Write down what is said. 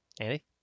Andy